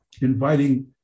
inviting